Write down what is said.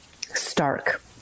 stark